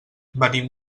venim